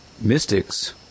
mystics